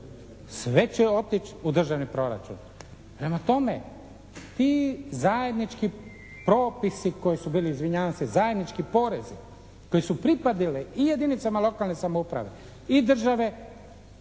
Sve će otići u državni proračun. Prema tome, ti zajednički propisi koji su bili, izvinjavam se, zajednički porezi koji su pripadali i jedinicama lokalne samouprave i države